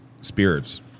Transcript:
spirits